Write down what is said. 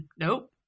nope